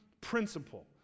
principle